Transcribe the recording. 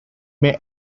may